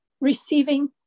receiving